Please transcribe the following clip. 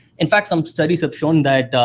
in fact, some studies have shown that